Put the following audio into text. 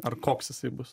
ar koks jisai bus